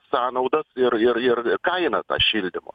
sąnaudas ir ir ir ir kainą tą šildymo